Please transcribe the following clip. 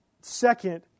Second